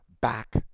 back